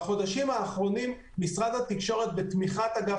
בחודשים האחרונים משרד התקשורת בתמיכת אגף